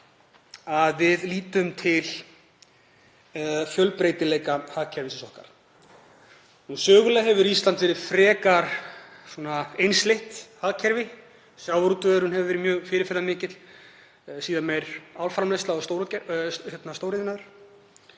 að við lítum til fjölbreytileika hagkerfis okkar. Sögulega hefur Ísland verið frekar einsleitt hagkerfi. Sjávarútvegurinn hefur verið mjög fyrirferðarmikill, síðar meir álframleiðsla og stóriðja,